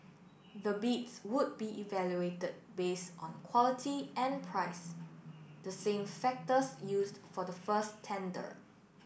the bids would be evaluated base on quality and price the same factors used for the first tender